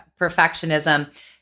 perfectionism